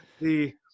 the-